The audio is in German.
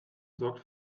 sorgt